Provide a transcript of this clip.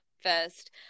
first